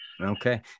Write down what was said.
Okay